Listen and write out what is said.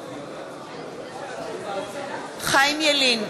משתתף בהצבעה חיים ילין,